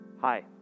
Hi